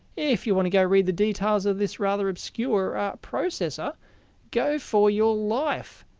if you want to go read the details of this rather obscure processor go for your life.